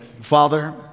Father